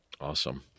Awesome